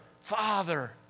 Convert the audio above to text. father